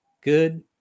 good